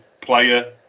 player